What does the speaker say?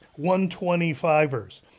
125ers